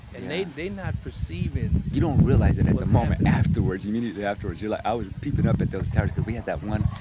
and they they not perceivin'. you don't realize it at the and afterwards, immediately afterwards you're like, i was peeping up at those towers cause we had that one,